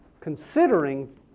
considering